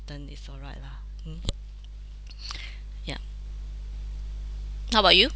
it's all right lah mm ya how about you